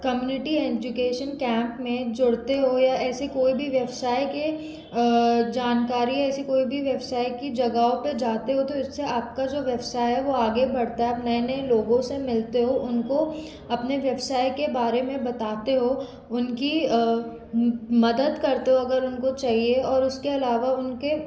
community education camp में जुड़ते हो या ऐसी कोई भी व्यवसाय के जानकारी ऐसी कोई भी व्यवसाय की जगहों पे जाते हो तो इससे आपका जो व्यवसाय है वो आगे बढ़ता है आप नए नए लोगों से मिलते हो उनको अपने व्यवसाय के बारे में बताते हो उनकी मदद करते हो अगर उनको चाहिए और उसके अलावा उनके